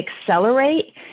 accelerate